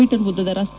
me ಉದ್ದದ ರಸ್ತೆ